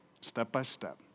step-by-step